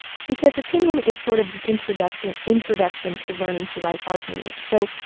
because opinion is sort of the introduction introduction to learning to write argument. so,